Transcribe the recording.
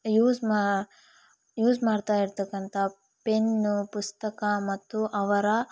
use ಮಾ use ಮಾಡ್ತಾಯಿರ್ತಕ್ಕಂಥ pen ಪುಸ್ತಕ ಮತ್ತು ಅವರ